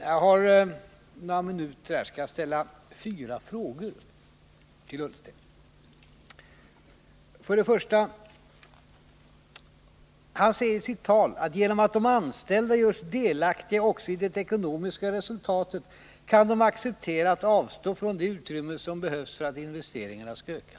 Jag har några minuter kvar, och jag skall ställa fyra frågor till Fråga 1: Ola Ullsten säger i sitt tal att genom att de anställda görs delaktiga också i det ekonomiska resultatet kan de acceptera att avstå från det utrymme som behövs för att investeringarna skall öka.